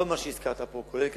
כל מה שהזכרת פה, כולל כסיף,